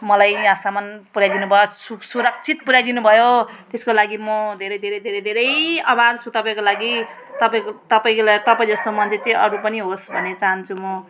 मलाई यहाँसम्म पुर्याइदिनु भयो सु सुरक्षित पुर्याइदिनु भयो त्यसको लागि म धेरै धेरै धेरै धेरै आभार छु तपाईँको लागि तपाईँको तपाईँको ला तपाईँ जस्तो मान्छे चाहिँ अरू पनि होस् भन्ने चाहन्छु म